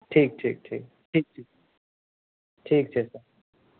ठीक ठीक ठीक ठीक छै सर